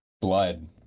blood